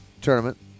tournament